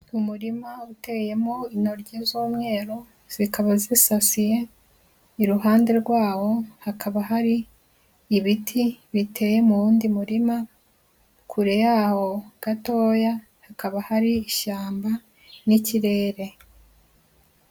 Umurima uteyemo intoryi z'umweru, zikaba zisasiye, iruhande rwawo, hakaba hari ibiti biteye mu wundi murima, kure yawo gatoya hakaba hari ishyamba n'ikirere.